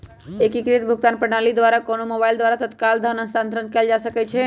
एकीकृत भुगतान प्रणाली द्वारा कोनो मोबाइल द्वारा तत्काल धन स्थानांतरण कएल जा सकैछइ